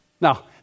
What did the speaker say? Now